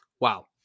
wow